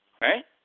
right